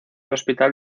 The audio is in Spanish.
hospital